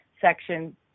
section